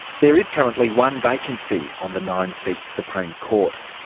there is currently one vacancy on the nine seat supreme court.